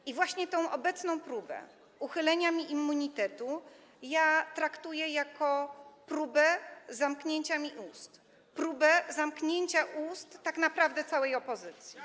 I właśnie tę obecną próbę uchylenia mi immunitetu traktuję jako próbę zamknięcia mi ust, próbę zamknięcia ust tak naprawdę całej opozycji.